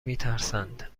میترسند